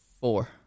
Four